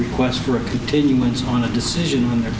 requests for a continuance on a decision when they're